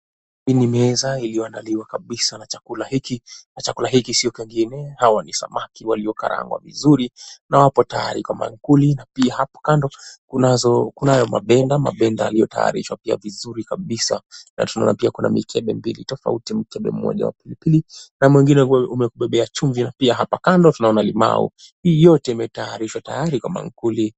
Hii ni meza iliyoandaliwa kabisa na chakula hiki na chakula hiki sio hawa ni samaki waliokarangwa vizuri na wapo tayari kwa mankuli na pia hapo kando kunayo mabenda, mabenda yaliyotayarishwa pia vizuri kabisa na tunaona pia kuna mikebe mbili tofauti, mikebe moja ikiwa na pilipili na ingine ikiwa imebeba chumvi na pia hapa kando tunaona limau hii yote imetayarishwa na ipo tayari kwa mankuli.